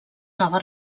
nova